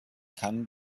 kann